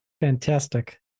fantastic